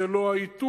זה לא העיתוי,